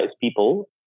people